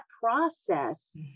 process